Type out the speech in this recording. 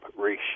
ratio